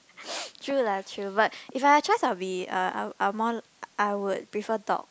true lah true but if I had a chance I'll be a I'll I'll more I would prefer dog